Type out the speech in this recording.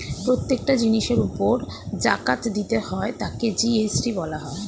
প্রত্যেকটা জিনিসের উপর জাকাত দিতে হয় তাকে জি.এস.টি বলা হয়